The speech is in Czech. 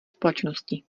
společnosti